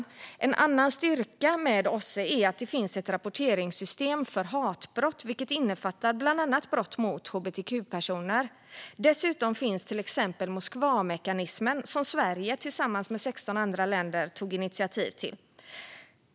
En annan styrka med OSSE är att det finns ett rapporteringssystem för hatbrott, vilket bland annat innefattar brott mot hbtq-personer. Dessutom finns till exempel Moskvamekanismen, som Sverige tillsammans med 16 andra länder tog initiativ till.